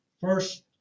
first